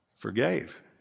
forgave